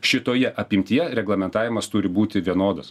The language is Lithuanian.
šitoje apimtyje reglamentavimas turi būti vienodas